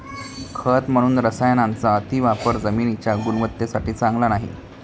खत म्हणून रसायनांचा अतिवापर जमिनीच्या गुणवत्तेसाठी चांगला नाही